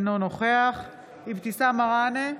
אינו נוכח אבתיסאם מראענה,